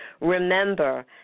Remember